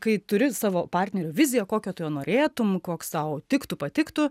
kai turi savo partnerių viziją kokio tu jo norėtum koks tau tiktų patiktų